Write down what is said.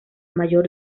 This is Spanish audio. mayor